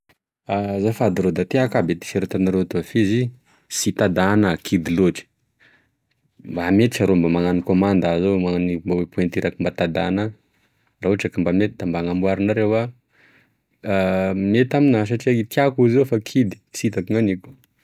Azafady rô da tiako abe e tiserta anareo toa fa izy tsy tada anah kidy loatry mba mety arô mba magnano kômandy a zao ame pointure mba tada anah raha ohatry ka mba mety mba anamboarinareo a mety amina satria i tiako izy io fa kidy sitako gn'haniko.